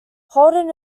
holden